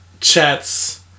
chats